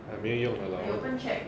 !aiya! 没有用的 lah